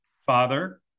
father